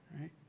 right